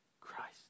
Christ